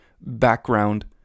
background